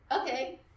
okay